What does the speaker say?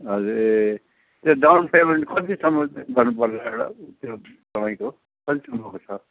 हजुर ए त्यो डाउन पेमेन्ट कतिसम्म चाहिँ गर्नुपर्ने होला त्यो तपाईँको कतिसम्मको छ